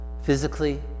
physically